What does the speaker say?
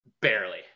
barely